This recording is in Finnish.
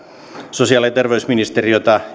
sosiaali ja terveysministeriötä